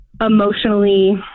emotionally